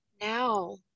Now